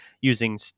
using